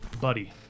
Buddy